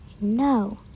no